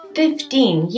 fifteen